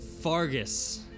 Fargus